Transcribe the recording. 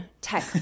tech